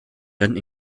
rennen